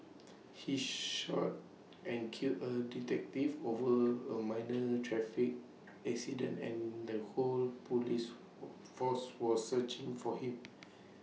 he shot and killed A detective over A minor traffic accident and the whole Police force was searching for him